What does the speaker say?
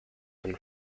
and